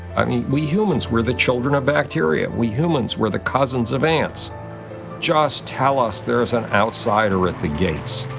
i mean, we humans, we're the children of bacteria we humans, we're the cousins of ants just tell us there's an outsider at the gates!